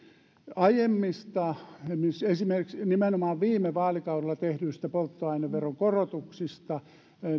aiemmista esimerkiksi nimenomaan viime vaalikaudella tehdyistä polttoaineveron korotuksista